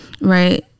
right